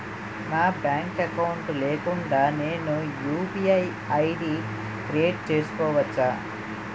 నాకు bank account లేకుండా నేను యు.పి.ఐ ఐ.డి క్రియేట్ చేసుకోవచ్చా?